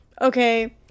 Okay